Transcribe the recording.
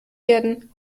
werden